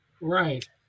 right